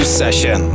session